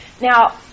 Now